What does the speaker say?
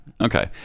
Okay